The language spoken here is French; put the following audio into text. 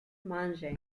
mangé